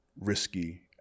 risky